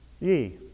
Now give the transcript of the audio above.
Ye